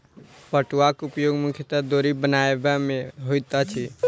पटुआक उपयोग मुख्यतः डोरी बनयबा मे होइत अछि